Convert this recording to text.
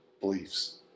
beliefs